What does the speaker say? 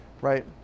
right